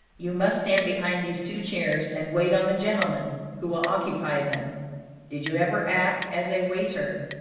you must stand behind these two chairs, and wait on the gentlemen who will occupy them did you ever act as a waiter?